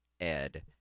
Ed